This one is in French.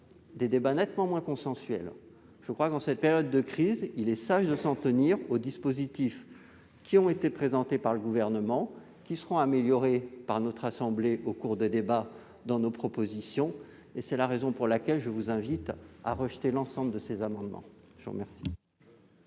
devenir nettement moins consensuels. En cette période de crise, il est sage de s'en tenir aux dispositifs présentés par le Gouvernement, qui seront améliorés par notre assemblée au cours des débats, grâce à nos propositions. C'est la raison pour laquelle je vous invite à rejeter l'ensemble de ces amendements. La parole